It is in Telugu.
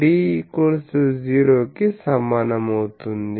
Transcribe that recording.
D0 కి సమానమవుతుంది